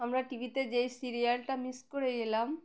আমরা TV যেই সিরিয়ালটা মিস করে এলাম